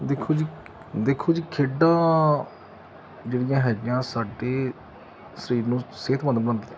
ਦੇਖੋ ਜੀ ਦੇਖੋ ਜੀ ਖੇਡਾਂ ਜਿਹੜੀਆਂ ਹੈਗੀਆਂ ਸਾਡੇ ਸਰੀਰ ਨੂੰ ਸਿਹਤਮੰਦ ਬਣਾਉਂਦੀਆਂ